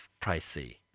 pricey